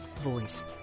Voice